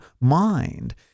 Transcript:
mind